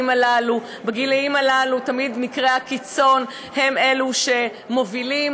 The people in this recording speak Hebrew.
בגילים הללו תמיד מקרי הקיצון הם אלו שמובילים.